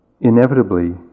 inevitably